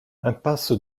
impasse